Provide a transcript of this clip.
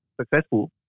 successful